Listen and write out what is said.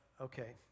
okay